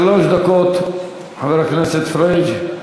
שלוש דקות, חבר הכנסת פריג',